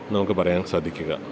നമുക്ക് പറയാൻ സാധിക്കുക